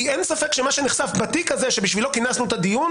אין לי ספק שמה שנחשף בתיק הזה שבשבילו כינסנו את הדיון